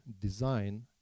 design